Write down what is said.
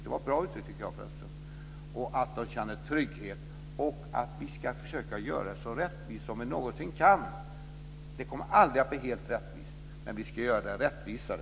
Det var ett bra uttryck, tycker jag förresten. De ska känna trygghet. Vi ska försöka göra det så rättvist som vi någonsin kan. Det kommer aldrig att bli helt rättvist, men vi ska göra det rättvisare.